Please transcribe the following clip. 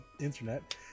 internet